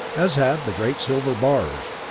as had the great silver bars.